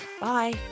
Bye